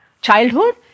Childhood